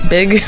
Big